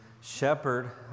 shepherd